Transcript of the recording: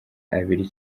abiri